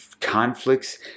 conflicts